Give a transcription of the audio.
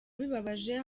bibabaje